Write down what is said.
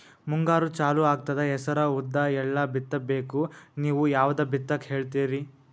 ಮುಂಗಾರು ಚಾಲು ಆಗ್ತದ ಹೆಸರ, ಉದ್ದ, ಎಳ್ಳ ಬಿತ್ತ ಬೇಕು ನೀವು ಯಾವದ ಬಿತ್ತಕ್ ಹೇಳತ್ತೀರಿ?